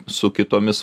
su kitomis